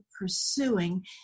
pursuing